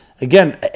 Again